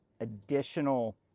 additional